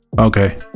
Okay